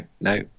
no